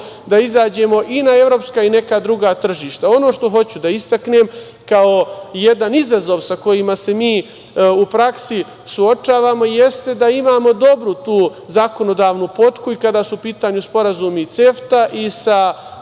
da izađemo i na evropska i na neka druga tržišta. Ono što hoću da istaknem, kao jedan izazov sa kojim se mi u praksi suočavamo, jeste da imamo dobru tu zakonodavnu potku i kada su u pitanju sporazumi CEFTA i sa